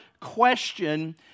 question